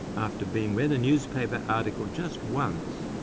after being read a newspaper article just once,